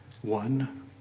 One